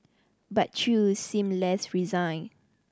but Chew seemed less resigned